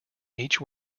each